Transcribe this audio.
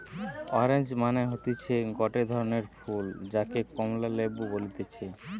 orange মানে হতিছে গটে ধরণের ফল যাকে কমলা লেবু বলতিছে